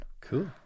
cool